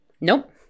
Nope